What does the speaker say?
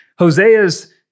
Hosea's